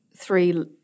three